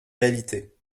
réalités